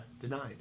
denied